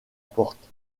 porte